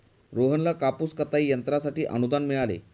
रोहनला कापूस कताई यंत्रासाठी अनुदान मिळाले